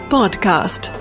Podcast